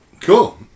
Cool